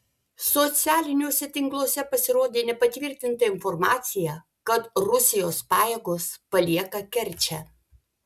socialiniuose tinkluose pasirodė nepatvirtinta informacija kad rusijos pajėgos palieka kerčę